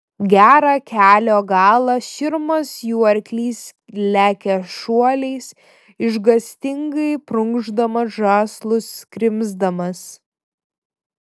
gerą kelio galą širmas jų arklys lekia šuoliais išgąstingai prunkšdamas žąslus krimsdamas